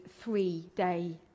three-day